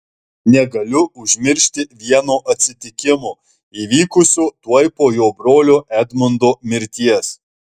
negaliu užmiršti vieno atsitikimo įvykusio tuoj po jo brolio edmundo mirties